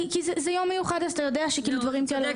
כי זה יום מיוחד אז אתה יודע שדברים כאלה יכולים לקרות.